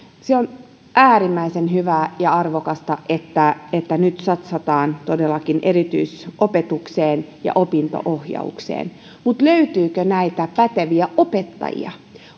on äärimmäisen hyvä ja arvokasta että että nyt satsataan todellakin erityisopetukseen ja opinto ohjaukseen mutta löytyykö näitä päteviä opettajia